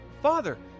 father